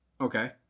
Okay